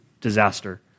disaster